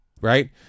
Right